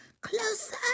Closer